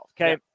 Okay